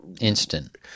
Instant